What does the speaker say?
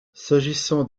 s’agissant